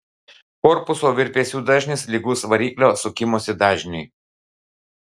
korpuso virpesių dažnis lygus variklio sukimosi dažniui